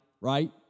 right